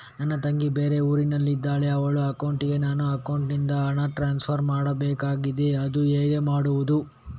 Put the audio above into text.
ನನ್ನ ತಂಗಿ ಬೇರೆ ಊರಿನಲ್ಲಿದಾಳೆ, ಅವಳ ಅಕೌಂಟಿಗೆ ನನ್ನ ಅಕೌಂಟಿನಿಂದ ಹಣ ಟ್ರಾನ್ಸ್ಫರ್ ಮಾಡ್ಬೇಕಾಗಿದೆ, ಅದು ಹೇಗೆ ಮಾಡುವುದು?